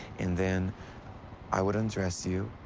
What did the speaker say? and then i would undress you,